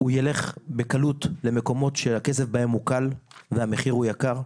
הוא ילך בקלות למקומות שהכסף בהם הוא קל והמחיר הוא יקר.